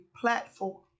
platform